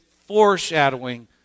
foreshadowing